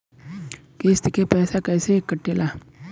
किस्त के पैसा कैसे कटेला?